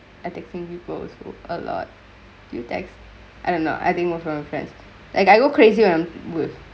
addictingk people's alert you text and and uh I think with her friends like I go crazy room with